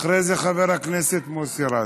אחרי זה, חבר הכנסת מוסי רז.